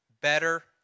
better